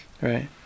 right